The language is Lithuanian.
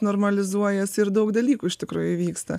normalizuojasi ir daug dalykų iš tikrųjų įvyksta